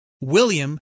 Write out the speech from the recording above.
William